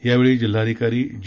यावेळी जिल्हाधिकारी जी